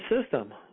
system